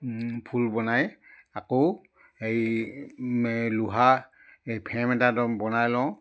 ফুল বনাই আকৌ এই লোহা এই ফ্ৰেম এটা বনাই লওঁ